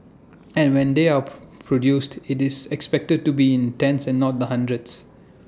and when they are produced IT is expected to be in tens and not the hundreds